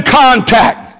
contact